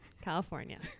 California